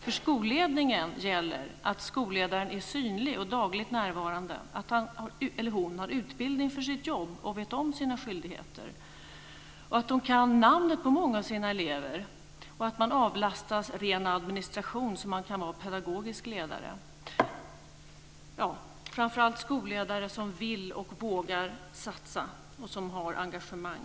För skolledningen gäller att skolledaren är synlig och dagligt närvarande, att han eller hon har utbildning för sitt jobb och vet om sina skyldigheter, att man kan namnet på många av sina elever och att man avlastas ren administration så att man kan vara pedagogisk ledare. Vi måste framför allt ha skolledare som vill och vågar satsa och som har engagemang.